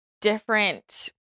different